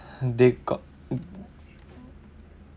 they got